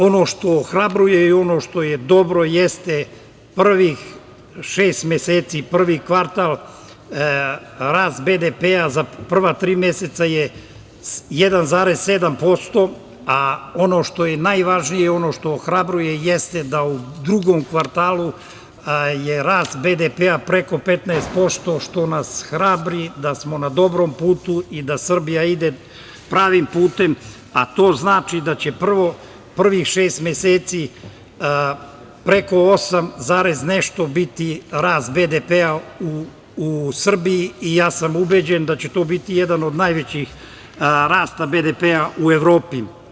Ono što ohrabruje i ono što je dobro jeste prvih šest meseci, prvi kvartal, rast BDP za prva tri meseca je 1,7%, a ono što je najvažnije i ono što ohrabruje jeste da u drugom kvartalu je rast BDP preko 15% što nas hrabri da smo na dobrom putu i da Srbija ide pravim putem, a to znači da će prvih šest meseci preko osam zarez nešto biti rast BDP u Srbiji i ja sam ubeđen da će to biti jedan od najvećih rasta BDP u Evropi.